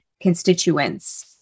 constituents